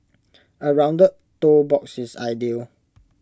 A rounded toe box is ideal